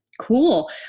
Cool